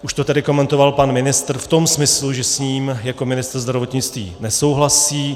Už to tady komentoval pan ministr v tom smyslu, že s ním jako ministr zdravotnictví nesouhlasí.